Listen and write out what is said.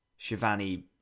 Shivani